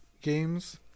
games